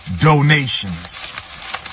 Donations